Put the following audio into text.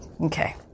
Okay